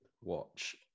watch